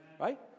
Right